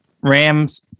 Rams